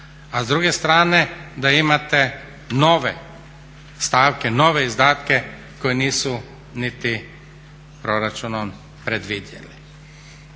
a s druge strane da imate nove stavke, nove izdatke koji nisu niti proračunom predvidjeli.